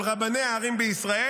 על רבני הערים בישראל,